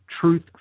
Truth